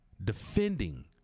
Defending